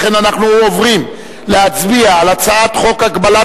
לכן אנחנו עוברים להצביע על הצעת חוק הגבלת